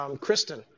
Kristen